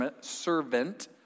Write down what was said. servant